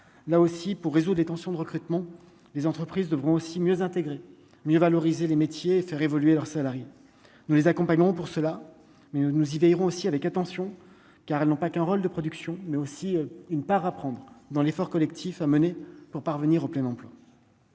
là aussi pour réseaux des tensions de recrutement, les entreprises devront aussi mieux intégrer mieux valoriser les métiers faire évoluer leurs salariés, nous les accompagnerons pour cela mais nous y veillerons aussi avec attention, car elles n'ont pas qu'un rôle de production mais aussi une part à prendre dans l'effort collectif à mener pour parvenir au plein emploi,